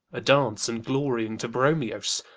a-dance and glorying to bromios.